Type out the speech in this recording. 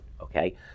okay